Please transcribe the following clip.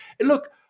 Look